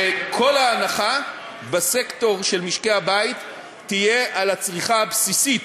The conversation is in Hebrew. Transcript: היא שכל ההנחה בסקטור של משקי-הבית תהיה על הצריכה הבסיסית.